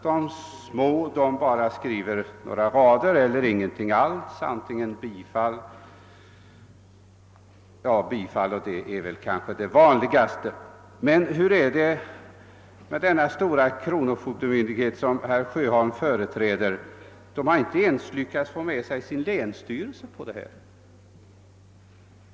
De små kronofogdemyndigheterna skulle — åtminstone i de flesta fall — nöja sig med ett kortfattat tillstyrkande. Något som jag tycker är ganska märkligt är emellertid att den »stora« kronofogdemyndighet, som herr Sjöholm företräder, inte ens lyckats få med sig sin egen länsstyrelse på sin linje.